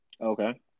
Okay